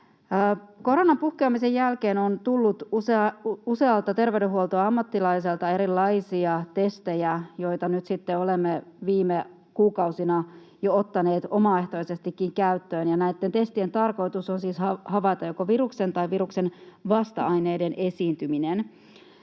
Koronan puhkeamisen jälkeen on tullut usealta terveydenhuoltoammattilaiselta erilaisia testejä, joita nyt sitten olemme viime kuukausina jo ottaneet omaehtoisestikin käyttöön. Näitten testien tarkoitus on siis havaita joko viruksen tai viruksen vasta-aineiden esiintyminen.